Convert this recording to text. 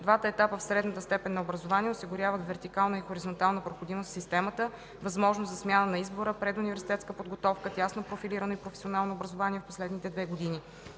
Двата етапа в средната степен на образование осигуряват вертикална и хоризонтална проходимост в системата; възможност за смяна на избора; предуниверститетска подготовка; тясно профилирано и професионално образование в последните две години.